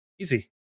Easy